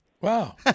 Wow